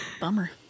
Bummer